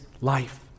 life